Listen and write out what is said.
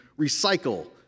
recycle